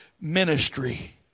Ministry